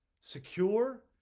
secure